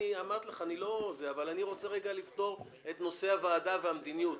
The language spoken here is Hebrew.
אני רוצה לפתור את נושא הוועדה והמדיניות.